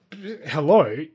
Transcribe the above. hello